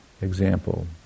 example